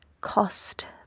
cost